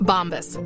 Bombas